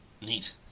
Neat